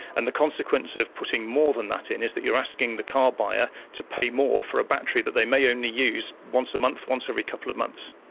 and the consequence of putting more than that in is that you're asking the car buyer to pay more for a battery that they may only use once a month, once every couple of months.